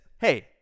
hey